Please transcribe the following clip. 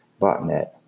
botnet